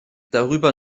darüber